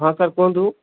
ହଁ ସାର୍ କୁହନ୍ତୁ